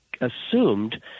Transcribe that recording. assumed